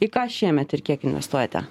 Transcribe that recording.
į ką šiemet ir kiek investuojate